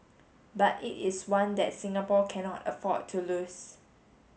but it is one that Singapore cannot afford to lose